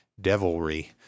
devilry